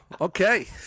Okay